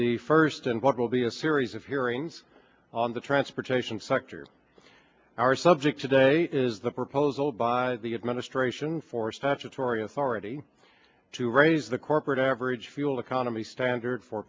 the first and what will be a series of hearings on the transportation sector our subject today is the proposal by the administration for statutory authority to raise the corporate average fuel economy standards for